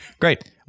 Great